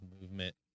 movement